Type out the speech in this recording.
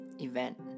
event